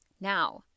Now